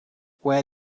where